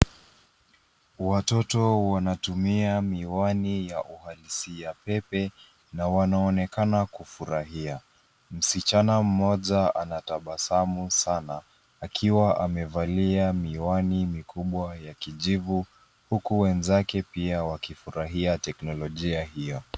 Watoto wanatumia miwani ya uhalisia pepe na wanaonekana kufurahia. Msichana mmoja anatabasamu sana akiwa amevalia miwani mikubwa ya kijivu huku wenzake pia wakifurahia teknolojia hio.